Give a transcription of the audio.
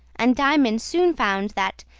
and diamond soon found that,